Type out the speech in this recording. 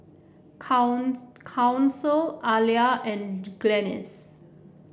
Council Alia and Glennis